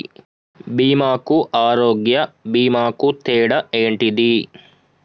బీమా కు ఆరోగ్య బీమా కు తేడా ఏంటిది?